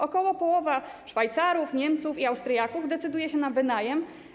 Około połowa Szwajcarów, Niemców i Austriaków decyduje się na wynajem.